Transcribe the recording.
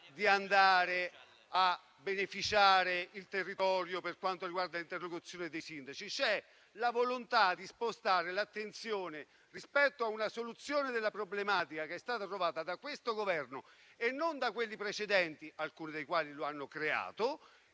di andare a beneficiare il territorio in questo dibattito sulll'interlocuzione con i sindaci; c'è la volontà di spostare l'attenzione rispetto a una soluzione della problematica che è stata trovata da questo Governo e non da quelli precedenti (alcuni dei quali lo hanno creato),